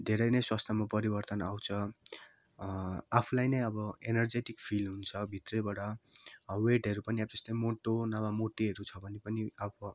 धेरै नै स्वास्थ्यमा परिवर्तन आउँछ आफूलाई नै अब एनर्जेटिक फिल हुन्छ भित्रैबाट वेटहरू पनि जस्तै मोटो नभए मोटेहरू छ भने पनि अब